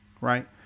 right